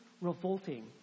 revolting